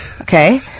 Okay